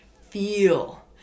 Feel